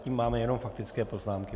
Zatím máme jenom faktické poznámky.